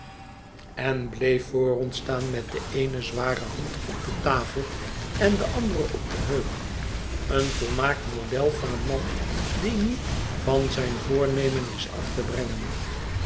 en bleef voor ons staan met de eene zware hand op de tafel en de andere op de heup een volmaakt model van een man die niet van zijn voornemen is af te brengen